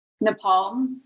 Nepal